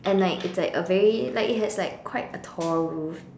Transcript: and like it's like a very like it has like quite a tall roof